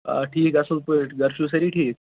آ ٹھیک اصل پٲٹھۍ گَرِ چھُوا سٲری ٹھیک